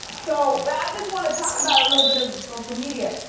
so. but i just wanna talk about a little bit of the social media,